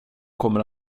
kommer